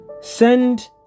Send